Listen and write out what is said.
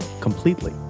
completely